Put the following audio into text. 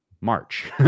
March